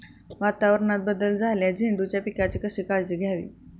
वातावरणात बदल झाल्यास झेंडूच्या पिकाची कशी काळजी घ्यावी?